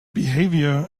behavior